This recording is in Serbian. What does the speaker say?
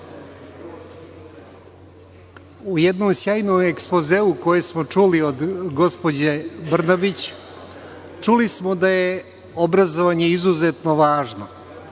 u jednom sjajnom ekspozeu koji smo čuli od gospođe Brnabić, čuli smo da je obrazovanje izuzetno važno.